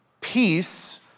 peace